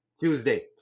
tuesday